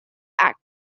act